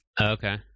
Okay